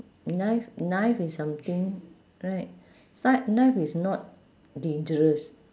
knife knife is something right kni~ knife is not dangerous